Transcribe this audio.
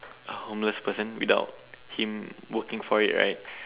a homeless person without him working for it right